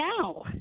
now